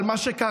על מה שקרה,